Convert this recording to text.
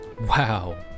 Wow